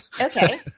okay